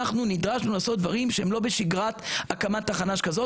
נדרשנו לעשות דברים שהם לא בשגרת הקמת תחנה שכזאת,